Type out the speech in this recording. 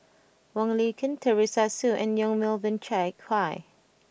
Wong Lin Ken Teresa Hsu and Yong Melvin Yik Chye